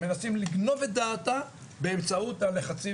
מנסים לגנוב את דעתה באמצעות הלחצים